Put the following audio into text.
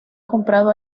comprado